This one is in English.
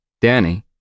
Danny